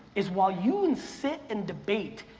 is while you and sit and debate,